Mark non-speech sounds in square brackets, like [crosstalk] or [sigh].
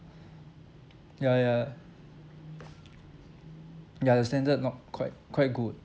ya ya [noise] ya the standard not quite quite good